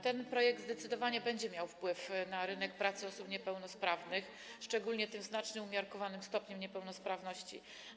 Ten projekt zdecydowanie będzie miał wpływ na rynek pracy osób niepełnosprawnych, szczególnie tych o znacznym i umiarkowanym stopniu niepełnosprawności.